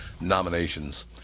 nominations